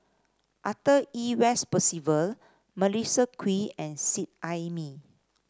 Arthur Ernest Percival Melissa Kwee and Seet Ai Mee